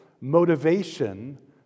motivation